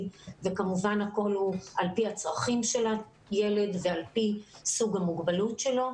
וכמובן הכול הוא על פי הצרכים של הילד ועל פי סוג המוגבלות שלו.